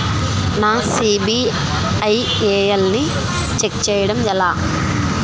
నా సిబిఐఎల్ ని ఛెక్ చేయడం ఎలా?